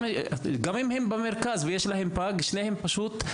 גם אם הם במרכז ויש להם פג, שניהם מנוטרלים.